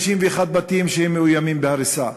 51 בתים שמאוימים בהריסה.